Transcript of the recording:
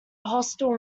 hostile